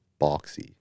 boxy